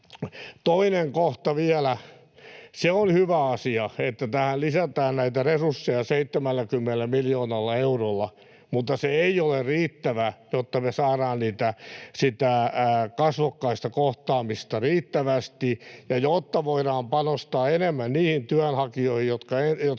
Toinen kohta vielä. Se on hyvä asia, että tähän lisätään näitä resursseja 70 miljoonalla eurolla, mutta se ei ole riittävä, jotta me saadaan sitä kasvokkaista kohtaamista riittävästi ja jotta voidaan panostaa enemmän niihin työnhakijoihin, jotka